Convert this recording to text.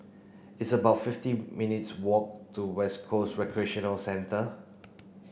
it's about fifty minutes' walk to West Coast Recreation Centre